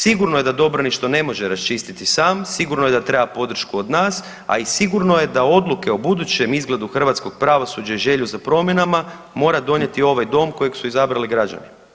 Sigurno je da Dobranić to ne može raščistiti sam, sigurno je da treba podršku od nas, a i sigurno je da odluke o budućem izgledu hrvatskog pravosuđa i želju za promjenama mora donijeti ovaj dom kojeg su izabrali građani.